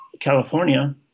California